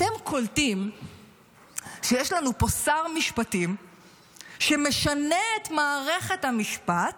אתם קולטים שיש לנו פה שר משפטים שמשנה את מערכת המשפט